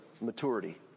maturity